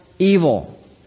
Evil